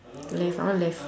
left I want left